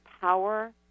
power